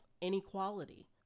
inequality